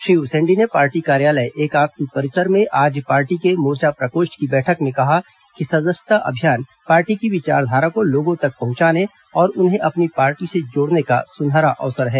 श्री उसेंडी ने पार्टी कार्यालय एकात्म परिसर में आज पार्टी के मोर्चा प्रकोष्ठ की बैठक में कहा कि सदस्यता अभियान पार्टी की विचारधारा को लोगों तक पहुंचाने और उन्हें अपनी पार्टी से जोड़ने का सुनहरा अवसर है